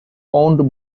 owned